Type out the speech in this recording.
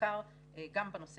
מבקר המדינה